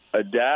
adapt